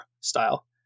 style